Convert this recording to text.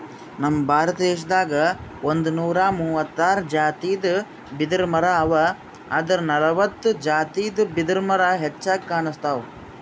ನಮ್ ಭಾರತ ದೇಶದಾಗ್ ಒಂದ್ನೂರಾ ಮೂವತ್ತಾರ್ ಜಾತಿದ್ ಬಿದಿರಮರಾ ಅವಾ ಆದ್ರ್ ನಲ್ವತ್ತ್ ಜಾತಿದ್ ಬಿದಿರ್ಮರಾ ಹೆಚ್ಚಾಗ್ ಕಾಣ್ಸ್ತವ್